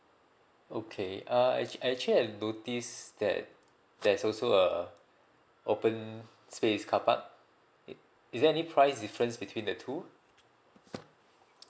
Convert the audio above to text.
okay uh act~ actually I noticed that there's also a open space carpark it is there any price difference between the two